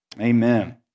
Amen